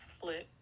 flip